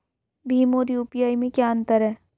भीम और यू.पी.आई में क्या अंतर है?